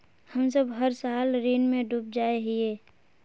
हम सब हर साल ऋण में डूब जाए हीये?